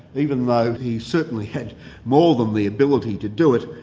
even though he certainly had more than the ability to do it,